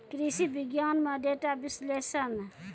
कृषि विज्ञान में डेटा विश्लेषण